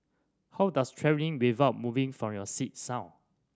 how does travelling without moving from your seat sound